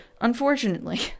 Unfortunately